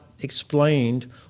explained